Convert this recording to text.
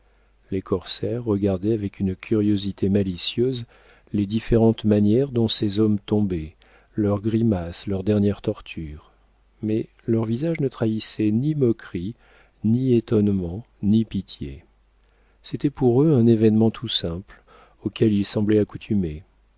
les corsaires regardaient avec une curiosité malicieuse les différentes manières dont ces hommes tombaient leurs grimaces leur dernière torture mais leurs visages ne trahissaient ni moquerie ni étonnement ni pitié c'était pour eux un événement tout simple auquel ils semblaient accoutumés